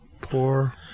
Poor